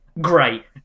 Great